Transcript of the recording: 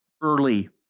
early